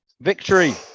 victory